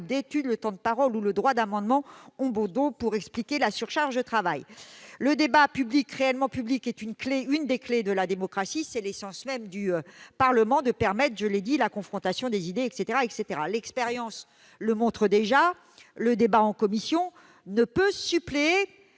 d'étude ... Le temps de parole ou le droit d'amendement ont bon dos pour expliquer la surcharge de travail ! Le débat réellement public est une des clés de la démocratie. C'est l'essence même du Parlement que de permettre la confrontation des idées. L'expérience montre déjà que le débat en commission ne peut pas suppléer